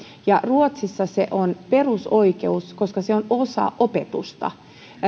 ruotsissa se on perusoikeus koska se on osa opetusta